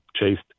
chased